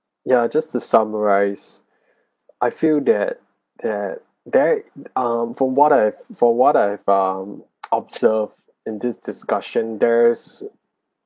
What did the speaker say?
ya just to summarise I feel that that that um from what I've from what I've um observe in this discussion there is